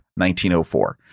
1904